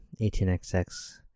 18xx